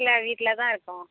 இல்லை வீட்டில்தான் இருக்கோம்